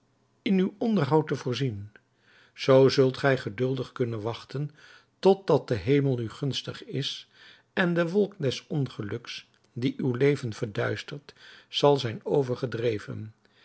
in uw onderhoud te voorzien zoo zult gij geduldig kunnen wachten tot dat de hemel u gunstig is en de wolk des ongeluks die uw leven verduistert zal zijn